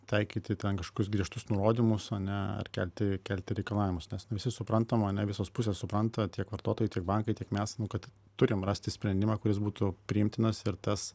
taikyti ten kažkokius griežtus nurodymus ane ar kelti kelti reikalavimus nes nu visi suprantamam ane visos pusės supranta tiek vartotojai tiek bankai tiek mes nu kad turim rasti sprendimą kuris būtų priimtinas ir tas